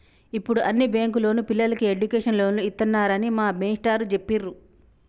యిప్పుడు అన్ని బ్యేంకుల్లోనూ పిల్లలకి ఎడ్డుకేషన్ లోన్లు ఇత్తన్నారని మా మేష్టారు జెప్పిర్రు